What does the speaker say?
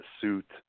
suit